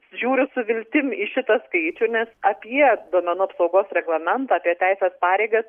žiūriu su viltim į šitą skaičių nes apie duomenų apsaugos reglamentą apie teises pareigas